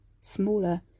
smaller